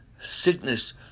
sickness